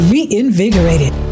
Reinvigorated